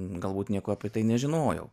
galbūt nieko apie tai nežinojau